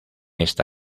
esta